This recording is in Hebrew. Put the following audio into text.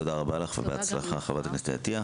תודה רבה לך ובהצלחה, חברת הכנסת אתי עטייה.